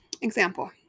example